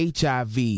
HIV